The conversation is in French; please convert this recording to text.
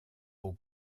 aux